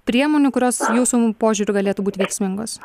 priemonių kurios jūsų požiūriu galėtų būt veiksmingos